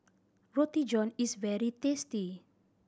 Roti John is very tasty